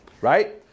right